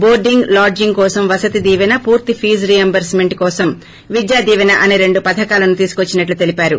boarding lodging కోసం వసతి దీపెన పూర్తి fees reimbursement కోసం విద్యా దీపెన అసే రెండు పథకాలను త్సుకోచ్చినట్లు తెలిపారు